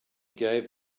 gave